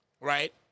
Right